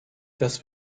das